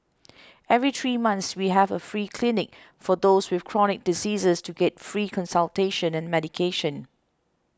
every three months we have a free clinic for those with chronic diseases to get free consultation and medication